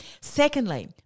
Secondly